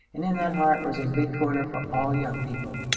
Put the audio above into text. and in that heart was a big corner for all young people.